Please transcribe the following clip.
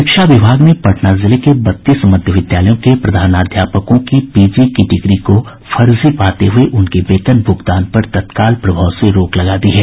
शिक्षा विभाग ने पटना जिले के बत्तीस मध्य विद्यालयों के प्रधानाध्यापकों की पीजी की डिग्री को फर्जी पाते हये उनके वेतन भूगतान पर तत्काल प्रभाव से रोक लगा दी है